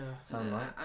sunlight